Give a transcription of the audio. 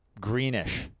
greenish